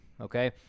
Okay